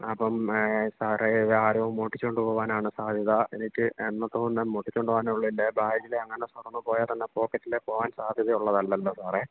അപ്പം സാറേ ആരോ മോഷ്ടിച്ചുകൊണ്ട് പോവാനാണ് സാധ്യത എനിക്ക് മോഷ്ടിച്ചുകൊണ്ട് പോവാനുള്ള എൻ്റെ ബാഗിൽ അങ്ങനെ തുറന്ന് പോയാൽ തന്നെ പോക്കെറ്റിലേത് പോകാൻ സാധ്യത ഉള്ളതല്ലല്ലോ സാറേ